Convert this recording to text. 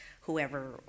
whoever